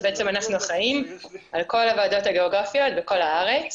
שבעצם אנחנו אחראים על כל הוועדות הגיאוגרפיות בכל הארץ.